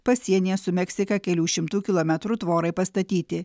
pasienyje su meksika kelių šimtų kilometrų tvorai pastatyti